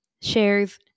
shares